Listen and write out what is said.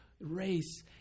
race